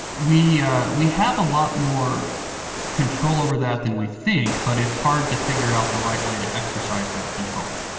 we ah we have a lot more control over that than we think. but it's hard to figure out the right way to exercise that control.